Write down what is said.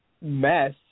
mess